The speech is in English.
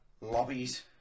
lobbies